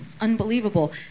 unbelievable